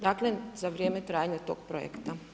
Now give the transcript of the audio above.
Dakle, za vrijeme trajanja tog projekta.